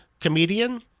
comedian